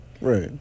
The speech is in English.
right